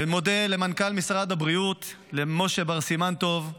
אני מודה למנכ"ל משרד הבריאות משה בר סימן טוב.